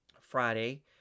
Friday